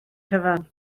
cyfan